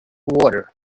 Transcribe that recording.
water